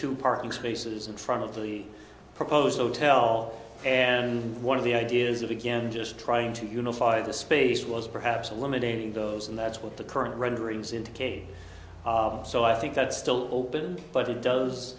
two parking spaces in front of the proposed otel and one of the ideas of again just trying to unify the space was perhaps a limiting those and that's what the current renderings indicate so i think that's still open but it does